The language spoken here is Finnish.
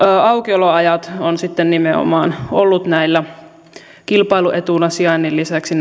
aukioloajat ovat sitten nimenomaan olleet näillä pienillä kaupoilla kilpailuetuna sijainnin lisäksi